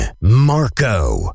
Marco